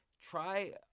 try